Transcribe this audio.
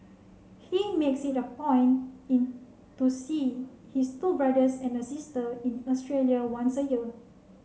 he makes it a point in to see his two brothers and a sister in Australia once a year